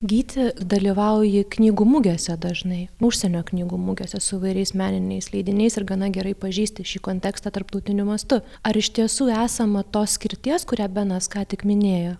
gyti dalyvauji knygų mugėse dažnai užsienio knygų mugėse su įvairiais meniniais leidiniais ir gana gerai pažįsti šį kontekstą tarptautiniu mastu ar iš tiesų esama tos skirties kurią benas ką tik minėjo